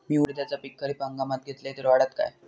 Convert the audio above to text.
मी उडीदाचा पीक खरीप हंगामात घेतलय तर वाढात काय?